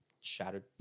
shattered